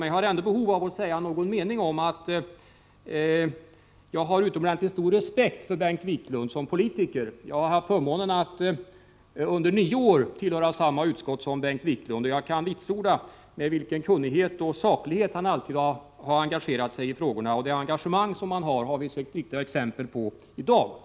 Men jag känner ändå ett behov av att säga att jag har utomordentligt stor respekt för Bengt Wiklund som politiker. Jag har haft förmånen att under nio år tillhöra samma utskott som Bengt Wiklund, och jag kan vitsorda med vilken kunnighet och saklighet han alltid har engagerat sig i frågorna. Hans engagemang har vi sett exempel på i dag.